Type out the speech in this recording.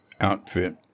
outfit